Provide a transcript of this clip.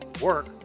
work